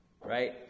right